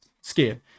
Scared